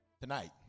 Tonight